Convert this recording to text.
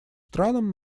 странам